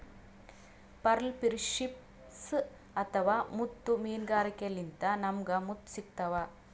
pearl fisheries ಅಥವಾ ಮುತ್ತ್ ಮೀನ್ಗಾರಿಕೆಲಿಂತ್ ನಮ್ಗ್ ಮುತ್ತ್ ಸಿಗ್ತಾವ್